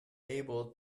able